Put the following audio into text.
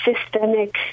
systemic